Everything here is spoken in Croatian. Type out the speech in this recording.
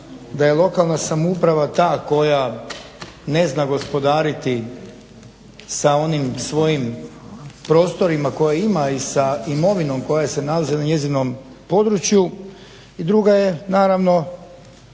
da je lokalna samouprava ta koja ne zna gospodariti sa onim svojim prostorima koje ima i sa imovinom koja se nalazi na njezinom području. I druga je naravno